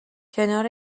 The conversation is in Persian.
کنار